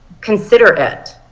consider it.